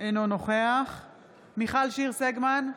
אינו נוכח מיכל שיר סגמן,